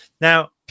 now